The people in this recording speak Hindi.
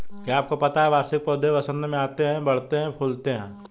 क्या आपको पता है वार्षिक पौधे वसंत में आते हैं, बढ़ते हैं, फूलते हैं?